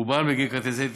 רובו בגין כרטיסי טיסה.